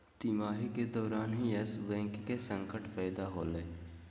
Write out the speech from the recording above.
तिमाही के दौरान ही यस बैंक के संकट पैदा होलय